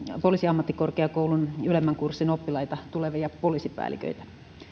poliisiammattikorkeakoulun ylemmän kurssin oppilaita tulevia poliisipäälliköitä